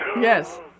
Yes